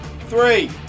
three